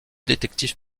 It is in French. détectives